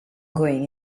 going